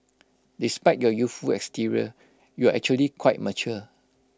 despite your youthful exterior you're actually quite mature